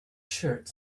shirt